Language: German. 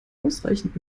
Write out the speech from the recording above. ausreichend